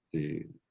a